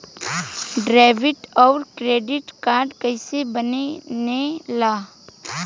Debit और credit card कईसे बने ने ला?